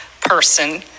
person